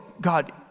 God